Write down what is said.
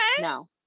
no